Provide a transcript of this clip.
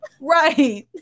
Right